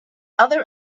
other